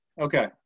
okay